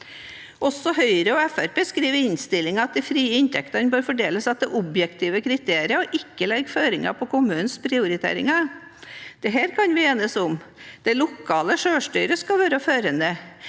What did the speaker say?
skriver i innstillingen at de frie inntektene bør fordeles etter objektive kriterier og ikke legge føringer på kommunenes prioriteringer. Det kan vi enes om. Det lokale selvstyret skal være førende.